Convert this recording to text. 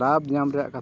ᱞᱟᱵᱽ ᱧᱟᱢ ᱨᱮᱭᱟᱜ ᱠᱟᱛᱷᱟ